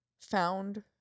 found